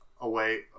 away